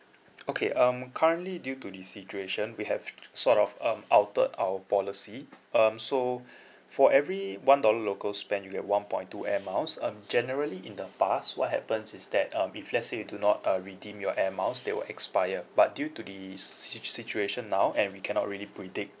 okay um currently due to the situation we have sort of um altered our policy um so for every one dollar local spend you get one point two air miles um generally in the past what happens is that um if let's say you do not uh redeem your air miles they will expire but due to the si~ si~ situation now and we cannot really predict